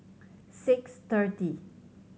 six thirty